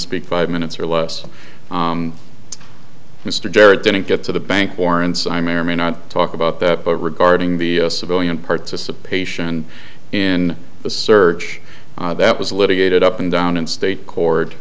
speak five minutes or less mr garrett didn't get to the bank warrants i may or may not talk about that but regarding the civilian participation in the search that was litigated up and down in state court